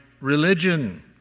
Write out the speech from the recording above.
religion